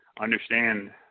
understand